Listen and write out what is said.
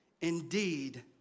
indeed